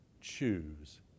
choose